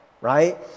right